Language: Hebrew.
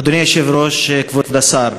אדוני היושב-ראש, כבוד השר,